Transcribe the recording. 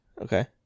Okay